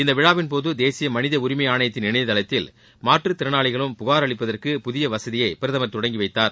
இந்த விழாவின் போது தேசிய மனித உரிமை ஆணையத்தின் இணையதளத்தில் மாற்றுத் திறனாளிகளும் புகார் அளிப்பதற்கு புதிய வசதியை பிரதமர் தொடங்கிவைத்தார்